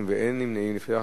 נמנע?